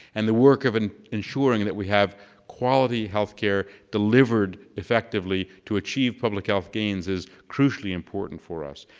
and the work of and ensuring that we have quality healthcare delivered effectively to achieve public health gains is crucially important for us.